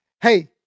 hey